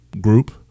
group